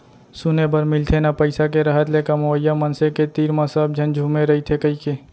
सुने बर मिलथे ना पइसा के रहत ले कमवइया मनसे के तीर म सब झन झुमे रइथें कइके